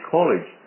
College